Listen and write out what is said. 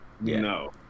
No